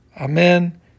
Amen